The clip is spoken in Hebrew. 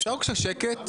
אפשר בבקשה שקט?